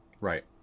Right